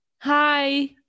Hi